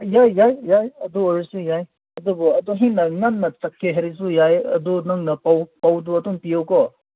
ꯌꯥꯏ ꯌꯥꯏ ꯌꯥꯏ ꯑꯗꯨ ꯑꯣꯏꯔꯁꯨ ꯌꯥꯏ ꯑꯗꯨꯕꯨ ꯑꯗꯨ ꯍꯦꯟꯅ ꯉꯟꯅ ꯆꯠꯁꯦ ꯍꯥꯏꯔꯁꯨ ꯌꯥꯏ ꯑꯗꯨ ꯅꯪꯅ ꯄꯥꯎ ꯄꯥꯎꯗꯨ ꯑꯗꯨꯝ ꯄꯤꯌꯣꯀꯣ